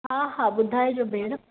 हा हा ॿुधाइजो भेण